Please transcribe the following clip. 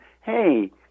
hey